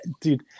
dude